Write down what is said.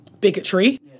bigotry